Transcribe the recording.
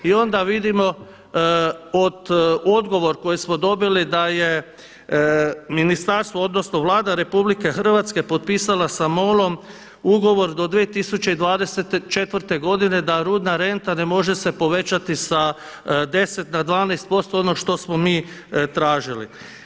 I onda vidimo odgovor koji smo dobili da je ministarstvo odnosno Vlada RH potpisala sa MOL-om ugovor do 2024. godine da rudna renta ne može se povećati sa 10 na 12% ono što smo mi tražili.